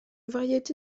variété